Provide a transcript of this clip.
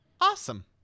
Awesome